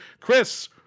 Chris